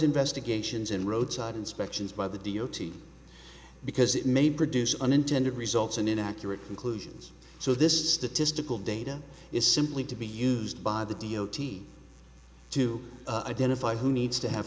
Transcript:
investigations in roadside inspections by the d o t because it may produce unintended results and inaccurate conclusions so this is the testicle data is simply to be used by the d o t to identify who needs to have